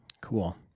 Cool